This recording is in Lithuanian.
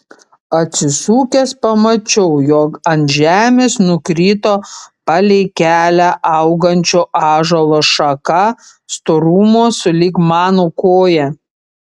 atsisukęs pamačiau jog ant žemės nukrito palei kelią augančio ąžuolo šaka storumo sulig mano koja